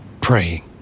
praying